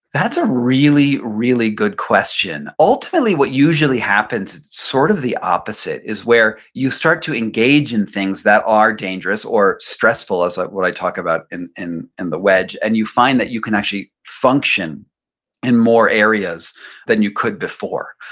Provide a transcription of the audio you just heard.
that's a really, really good question. ultimately, what usually happens, it's sort of the opposite, is where you start to engage in things that are dangerous, or stressful, as what i talk about in in the wedge and you find that you can actually function in more areas than you could before.